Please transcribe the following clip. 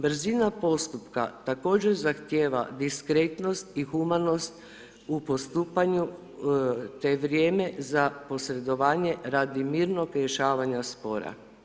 Brzina postupka također zahtjeva diskretnost i humanost u postupanju te vrijeme za posredovanje radi mirnog rješavanja spora.